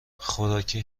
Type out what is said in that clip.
خوراکی